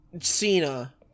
Cena